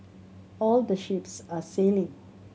all the ships are sailing